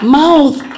mouth